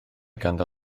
ganddo